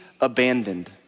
abandoned